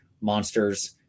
monsters